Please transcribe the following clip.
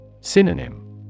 Synonym